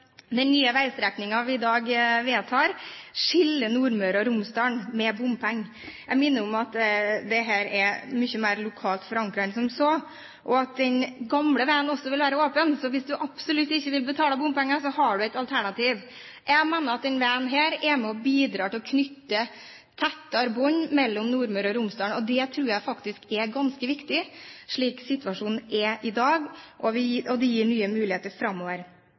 den nye veistrekningen vi vedtar i dag, skiller Nordmøre og Romsdal med bompenger. Jeg minner om at dette er mye mer lokalt forankret enn som så, og at den gamle veien også vil være åpen. Så hvis du absolutt ikke vil betale bompenger, har du et alternativ. Jeg mener at denne veien er med på å bidra til å knytte tettere bånd mellom Nordmøre og Romsdal, og det tror jeg faktisk er ganske viktig, slik situasjonen er i dag. Det gir nye muligheter framover.